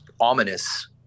ominous